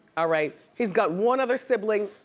ah right? he's got one other sibling.